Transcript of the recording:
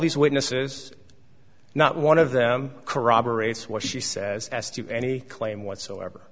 these witnesses not one of them corroborates what she says as to any claim whatsoever